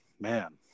man